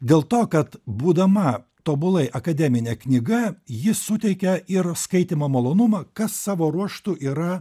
dėl to kad būdama tobulai akademinė knyga ji suteikia ir skaitymo malonumą kas savo ruožtu yra